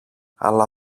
αλλά